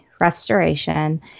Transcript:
restoration